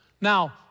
Now